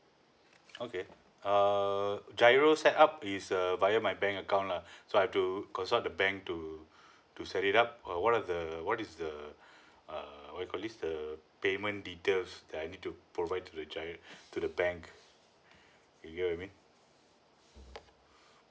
okay err giro set up is err via my bank account lah so I have to consult the bank to to set it up uh what are the what is the err what you call this the payment details that I need to provide to gi~ to the bank you get what I mean